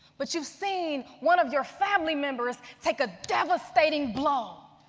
but you've seen one of your family members take a devastating blow.